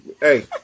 Hey